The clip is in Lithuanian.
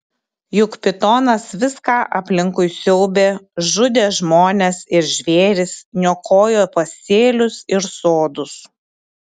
juk pitonas viską aplinkui siaubė žudė žmones ir žvėris niokojo pasėlius ir sodus